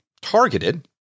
targeted –